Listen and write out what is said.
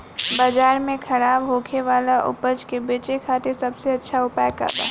बाजार में खराब होखे वाला उपज के बेचे खातिर सबसे अच्छा उपाय का बा?